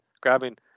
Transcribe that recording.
grabbing